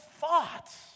thoughts